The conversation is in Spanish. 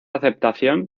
aceptación